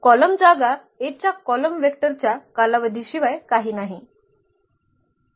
column जागा A च्या column vector च्या कालावधीशिवाय काही नाही